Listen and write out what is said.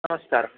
नमस्कारः